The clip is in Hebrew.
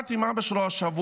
דיברתי עם אבא שלו השבוע.